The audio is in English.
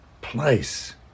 place